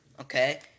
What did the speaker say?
Okay